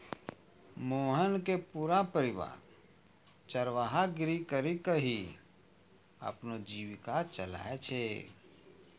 मोहन के पूरा परिवार चरवाहा गिरी करीकॅ ही अपनो जीविका चलाय छै